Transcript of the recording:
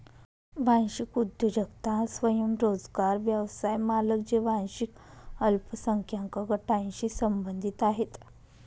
वांशिक उद्योजकता स्वयंरोजगार व्यवसाय मालक जे वांशिक अल्पसंख्याक गटांशी संबंधित आहेत